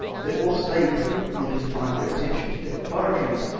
but whilst they prudently con fined their attention to their laboratories,